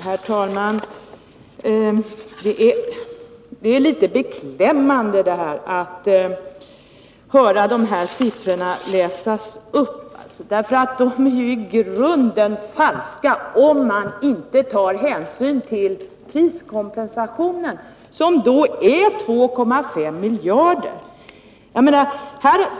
Herr talman! Det är litet beklämmande att höra dessa siffror läsas upp, därför att de är ju i grunden falska, om man inte tar hänsyn till priskompensationen, som är 2,5 miljarder. Socialdemokraterna